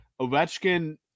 Ovechkin